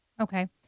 Okay